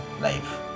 life